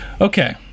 Okay